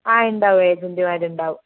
ആ ഉണ്ടാവും ഏജൻറ്റ്മാരുണ്ടാവും